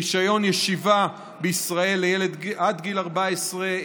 רישיון ישיבה בישראל לילד עד גיל 14,